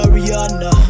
Rihanna